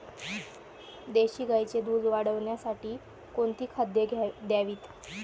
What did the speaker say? देशी गाईचे दूध वाढवण्यासाठी कोणती खाद्ये द्यावीत?